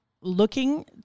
looking